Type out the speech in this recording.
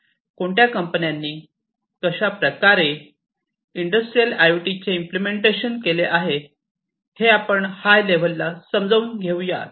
कोणत्या कंपन्यांनी कशाप्रकारे इंडस्ट्रियल आय ओ टीचे इम्पलेमेंटेशन केले आहे आहे हे आपण हाय लेवल ला समजून घेऊयात